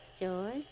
George